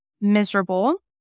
miserable